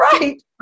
right